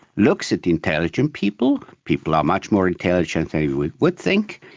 looks at the intelligent people, people are much more intelligent than you would would think,